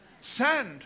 sand